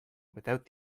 without